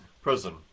prison